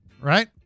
Right